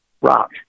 rock